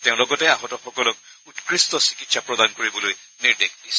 তেওঁ লগতে আহতসকলক উৎকষ্ট চিকিৎসা প্ৰদান কৰিবলৈ নিৰ্দেশ দিছে